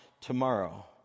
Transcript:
tomorrow